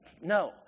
No